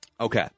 Okay